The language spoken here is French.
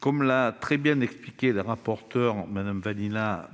Comme l'a très bien expliqué le rapporteur spécial,